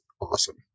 awesome